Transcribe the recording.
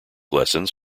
lessons